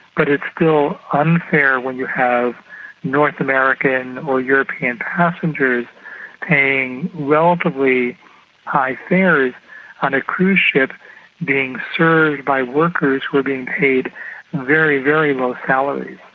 but it's still unfair when you have north american or european passengers paying relatively high fares on a cruise ship being served by workers who are being paid very, very low salaries.